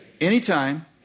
anytime